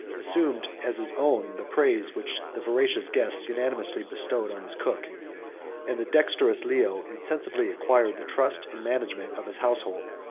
assumed, as his own, the praise which the voracious guests unanimously bestowed on his cook and the dexterous leo insensibly acquired the trust and management of his household.